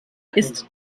ist